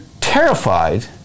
terrified